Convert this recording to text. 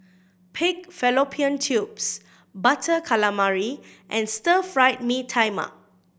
pig fallopian tubes Butter Calamari and Stir Fried Mee Tai Mak